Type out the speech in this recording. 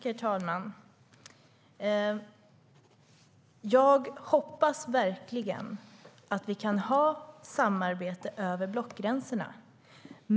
Herr talman! Jag hoppas verkligen att vi kan ha ett samarbete över blockgränserna.